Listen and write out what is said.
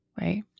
right